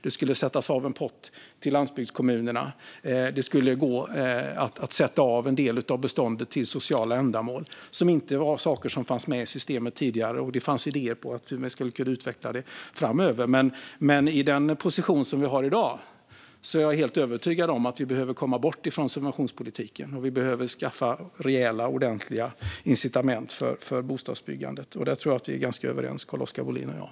Det skulle sättas av en pott till landsbygdskommunerna, och det skulle gå att sätta av en del av beståndet till sociala ändamål. Dessa saker fanns inte med i systemet tidigare. Det fanns också idéer om hur detta skulle kunna utvecklas framöver. Med den position som vi har i dag är jag helt övertygad om att vi behöver komma bort från subventionspolitiken. Vi behöver skaffa ordentliga incitament för bostadsbyggandet. Där tror jag att Carl-Oskar Bohlin och jag är ganska överens.